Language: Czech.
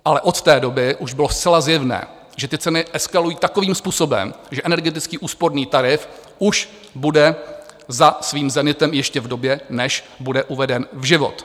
Ale od té doby už bylo zcela zjevné, že ty ceny eskalují takovým způsobem, že energetický úsporný tarif už bude za svým zenitem ještě v době, než bude uveden v život.